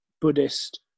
Buddhist